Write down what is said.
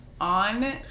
on